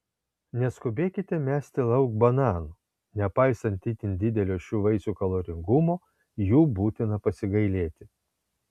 neskubėkite mesti lauk bananų nepaisant itin didelio šių vaisių kaloringumo jų būtina pasigailėti